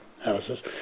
houses